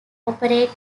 operate